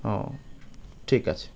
ও ঠিক আছে